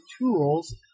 tools